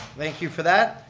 thank you for that.